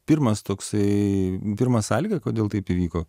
pirmas toksai pirmas sąlyga kodėl taip įvyko